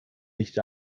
nicht